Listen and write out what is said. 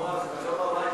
בועז, חזור הביתה.